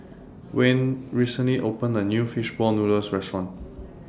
Wende recently opened A New Fish Ball Noodles Restaurant